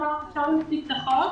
שלום, אפשר להציג את החוק?